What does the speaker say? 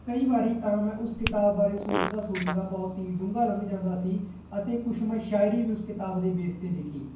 ਕਈ ਵਾਰੀ ਤਾਂ ਮੈਂ ਉਸ ਕਿਤਾਬ ਬਾਰੇ ਸੋਚਦਾ ਸੋਚਦਾ ਬਹੁਤ ਹੀ ਡੂੰਘਾ ਲੰਘ ਜਾਂਦਾ ਸੀ ਅਤੇ ਕੁਛ ਮੈਂ ਸ਼ਾਇਰੀ ਵੀ ਉਸ ਕਿਤਾਬ ਦੇ ਬੇਸ 'ਤੇ ਲਿਖੀ